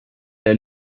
der